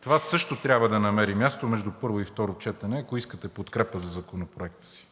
Това също трябва да намери място между първо и второ четене, ако искате подкрепа за Законопроекта си.